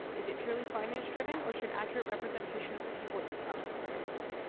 is it purely finance-driven or should accurate representation of the people in the province play a role?